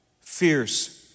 fierce